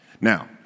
Now